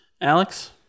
Alex